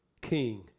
King